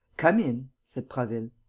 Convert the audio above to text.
come in! said prasville.